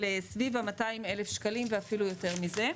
סביב ה-200,000 שקלים ואפילו יותר מזה.